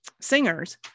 singers